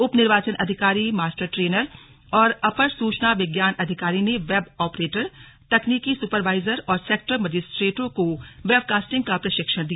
उप निर्वाचन अधिकारी मास्टर ट्रेनर और अपर सूचना विज्ञान अधिकरी ने वेब ऑपरेटर तकनीकि सुपरवाईजर और सेक्टर मजिस्ट्रेटों को वेबकास्टिंग का प्रशिक्षण दिया